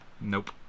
Nope